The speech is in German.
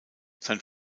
sein